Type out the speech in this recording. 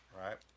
right